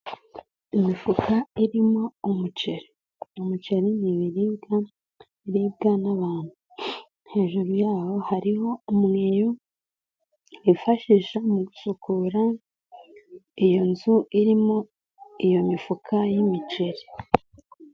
Imifuka irimo umuceri, umuceri n'ibiribwa biribwa n'abantu, hejuru yaho hariho umweyo bifashisha mu gusukura iyo nzu irimo iyo mifuka y'imiceri.